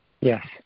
Yes